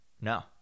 no